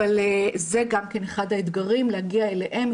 אבל זה גם כן אחד האתגרים, להגיע אליהם.